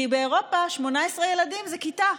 כי באירופה 18 ילדים זה כיתה,